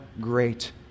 great